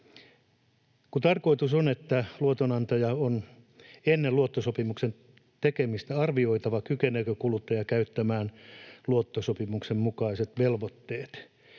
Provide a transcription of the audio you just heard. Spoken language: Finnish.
tarkoitus on, että ”luotonantajan on ennen luottosopimuksen tekemistä arvioitava, kykeneekö kuluttaja täyttämään luottosopimuksen mukaiset velvoitteet.